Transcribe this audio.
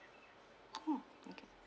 oh okay